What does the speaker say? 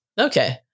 Okay